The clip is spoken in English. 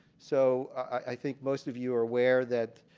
so i think most of you are aware that